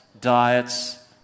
diets